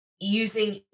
using